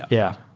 yeah.